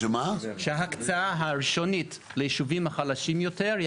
שההקצאה הראשונית לישובים החלשים יותר היא